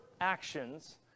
actions